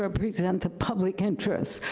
represent the public interest.